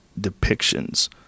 depictions